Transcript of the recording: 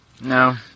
No